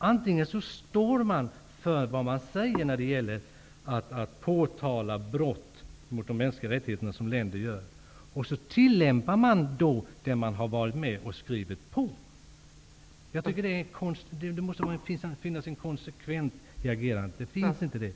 Antingen står man för vad man säger när det gäller att påtala brott mot de mänskliga rättigheterna och tillämpar det man har varit med om att skriva på eller också gör man inte det. Jag tycker att det måste finnas en konsekvens i agerandet, men det finns det inte.